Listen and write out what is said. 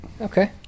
Okay